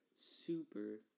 super